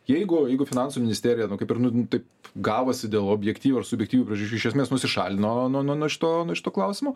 jeigu jeigu finansų ministerija nu kaip ir nu taip gavosi dėl objektyvių ar subjektyvių priežasčių iš esmės nusišalino nuo nuo šito nuo šito klausimo